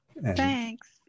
Thanks